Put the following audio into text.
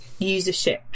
usership